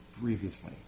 previously